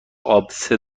آبسه